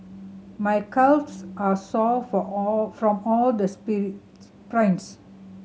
my calves are sore for all from all the sprints